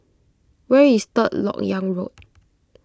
where is Third Lok Yang Road